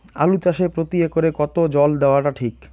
আলু চাষে প্রতি একরে কতো জল দেওয়া টা ঠিক?